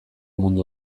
mundu